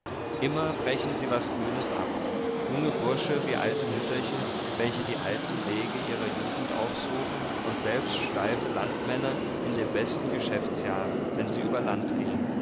immer brechen sie was grünes ab junge bursche wie alte mütterchen welche die alten wege ihrer jugend aufsuchen und selbst steife landmänner in den besten geschäftsjahren wenn sie über land gehen